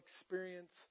experience